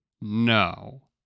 No